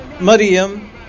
Maryam